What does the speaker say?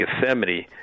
Gethsemane